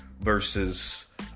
versus